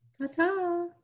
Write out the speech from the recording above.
Ta-ta